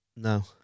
No